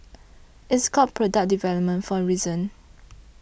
it's called product development for a reason